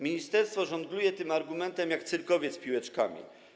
Ministerstwo żongluje tym argumentem jak cyrkowiec piłeczkami.